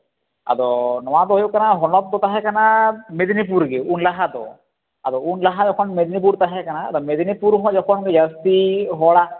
ᱟᱫᱚ ᱱᱚᱣᱟ ᱫᱚ ᱦᱩᱭᱩᱜ ᱠᱟᱱᱟ ᱦᱚᱱᱚᱛ ᱫᱚ ᱛᱟᱦᱮᱸᱠᱟᱱᱟ ᱢᱮᱫᱽᱱᱤᱯᱩᱨ ᱜᱮ ᱩᱱ ᱞᱟᱦᱟ ᱫᱚ ᱟᱫᱚ ᱩᱱ ᱞᱟᱦᱟ ᱡᱚᱠᱷᱚᱱ ᱢᱮᱫᱱᱤᱯᱩᱨ ᱛᱟᱦᱮᱸᱠᱟᱱᱟ ᱟᱫᱚ ᱢᱮᱫᱽᱱᱩᱨᱩᱨ ᱦᱚᱸ ᱡᱚᱠᱷᱚᱱ ᱡᱟᱹᱥᱛᱤ ᱦᱚᱲᱟᱜ